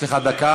יש לך דקה.